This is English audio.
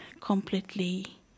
completely